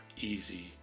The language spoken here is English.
easy